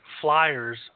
flyers